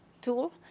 tool